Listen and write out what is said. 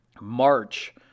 March